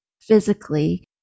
physically